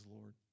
Lord